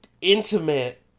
Intimate